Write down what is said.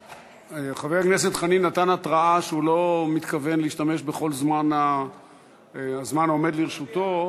חבר הכנסת חנין נתן התראה שהוא לא מתכוון להשתמש בכל הזמן העומד לרשותו,